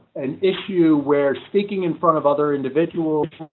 an issue where speaking in front of other individuals?